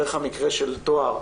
דרך המקרה של טוהר,